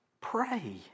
pray